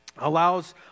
allows